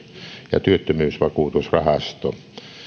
ja työttömyysvakuutusrahasto vuonna